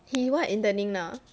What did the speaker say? he what interning now